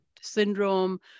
syndrome